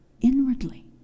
Inwardly